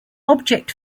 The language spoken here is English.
object